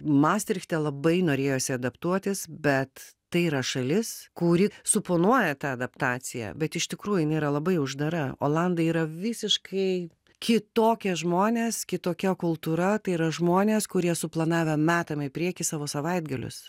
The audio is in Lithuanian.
mastrichte labai norėjosi adaptuotis bet tai yra šalis kuri suponuoja tą adaptaciją bet iš tikrųjų jin yra labai uždara olandai yra visiškai kitokie žmonės kitokia kultūra tai yra žmonės kurie suplanavę metam į priekį savo savaitgalius